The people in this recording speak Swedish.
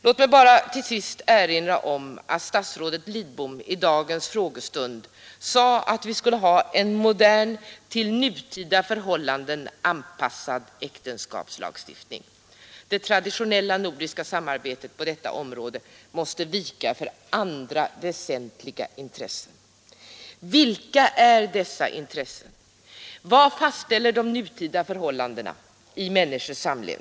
Låt mig bara till sist erinra om att statsrådet Lidbom under dagens frågestund sade att vi skall ha en modern, till nutida förhållanden anpassad äktenskapslagstiftning; det traditionella nordiska samarbetet på detta område måste vika för andra väsentliga intressen. Vilka är de intressena? Vad fastställer de nutida förhållandena i människors samlevnad?